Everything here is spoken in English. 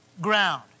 ground